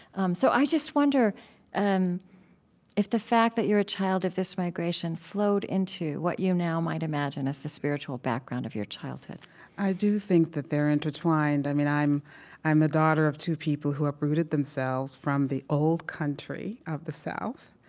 um so i just wonder and if the fact that you're a child of this migration flowed into what you now might imagine as the spiritual background of your childhood i do think that they're intertwined. i mean, i'm i'm a daughter of two people who uprooted themselves from the old country of the south,